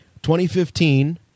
2015